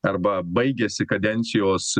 arba baigiasi kadencijos